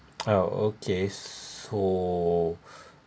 ah okay so